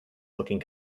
looking